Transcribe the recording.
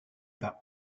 par